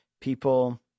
people